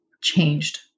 changed